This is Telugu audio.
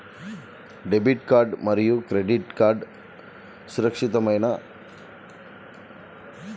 డెబిట్ కార్డ్ మరియు క్రెడిట్ కార్డ్ సురక్షితమేనా?